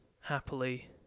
happily